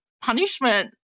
punishment